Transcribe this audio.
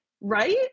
Right